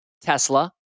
Tesla